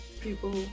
people